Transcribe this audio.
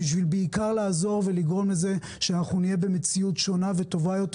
ובעיקר בשביל לעזור ולגרום לזה שאנחנו נהיה במציאות שונה וטובה יותר